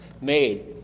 made